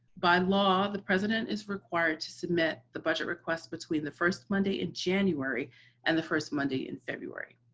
by law the president is required to submit the budget request between the first monday in january and the first monday in february.